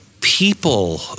people